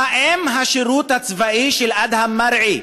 האם השירות הצבאי של אדהם מרעי